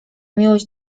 miłość